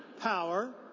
power